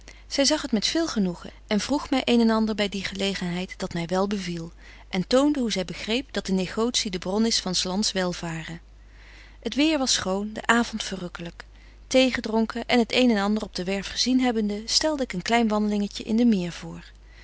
zy zag het met veel genoegen en vroeg my een en ander by die gelegenheid dat my wel beviel en toonde hoe zy begreep dat de negotie de bron is van betje wolff en aagje deken historie van mejuffrouw sara burgerhart s lands welvaren het weêr was schoon de avond verrukkelyk thee gedronken en het een en ander op den werf gezien hebbende stelde ik een klein wandelingtje in de meer voor